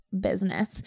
business